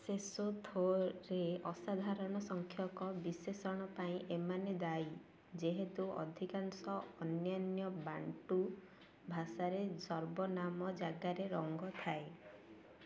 ସେସୋଥୋରେ ଅସାଧାରଣ ସଂଖ୍ୟକ ବିଶେଷଣ ପାଇଁ ଏମାନେ ଦାୟୀ ଯେହେତୁ ଅଧିକାଂଶ ଅନ୍ୟାନ୍ୟ ବାଣ୍ଟୁ ଭାଷାରେ ସର୍ବନାମ ଜାଗାରେ ରଙ୍ଗ ଥାଏ